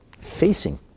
facing